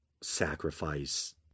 sacrifice